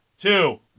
two